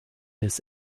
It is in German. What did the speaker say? bis